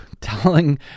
telling